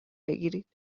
بگیرید